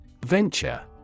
Venture